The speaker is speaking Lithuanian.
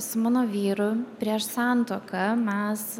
su mano vyru prieš santuoką mes